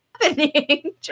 happening